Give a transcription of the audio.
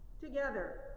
Together